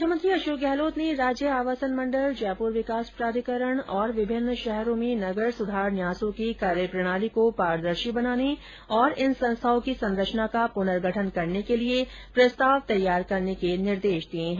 मुख्यमंत्री अशोक गहलोत ने राज्य आवासन मण्डल जयपुर विकास प्राधिकरण और विभिन्न शहरों में नगर सुधार न्यासों की कार्यप्रणाली को पारदर्शी बनाने तथा इन संस्थाओं की संरचना का पनर्गठन करने के लिए प्रस्ताव तैयार करने के निर्देश दिए हैं